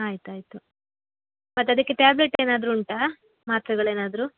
ಆಯ್ತು ಆಯಿತು ಮತ್ತು ಅದಕ್ಕೆ ಟ್ಯಾಬ್ಲೆಟ್ ಏನಾದರೂ ಉಂಟಾ ಮಾತ್ರೆಗಳೇನಾದರೂ